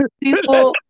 people